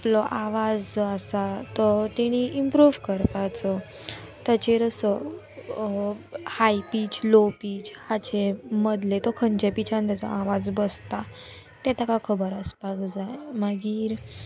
आपलो आवाज जो आसा तो तेणी इम्प्रूव करपाचो ताचेर असो हाय पिच लो पिच हाचे मदले तो खंयच्या पिचान तेजो आवाज बसता ते ताका खबर आसपाक जाय मागीर